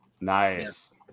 Nice